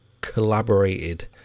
collaborated